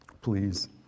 please